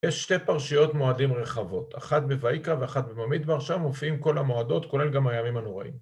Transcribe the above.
‫יש שתי פרשיות מועדים רחבות, ‫אחת בויקרא ואחת בבמדבר, שם ‫מופיעים כל המועדות, ‫כולל גם הימים הנוראיים.